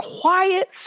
quiet